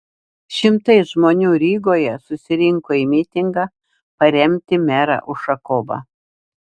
šimtai žmonių rygoje susirinko į mitingą paremti merą ušakovą